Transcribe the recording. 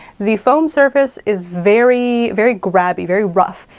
the foam surface is very, very grabby, very rough,